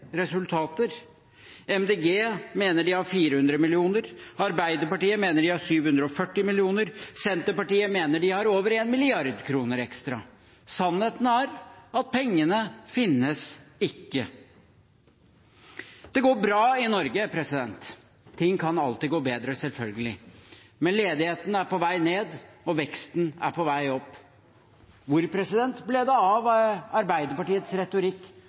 mener de har 400 mill. kr, Arbeiderpartiet mener de har 740 mill. kr, og Senterpartiet mener de har over 1 mrd. kr ekstra. Sannheten er at pengene ikke finnes. Det går bra i Norge. Ting kan selvfølgelig alltid gå bedre, men ledigheten er på vei ned, og veksten er på vei opp. Hvor ble det av Arbeiderpartiets retorikk